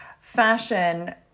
fashion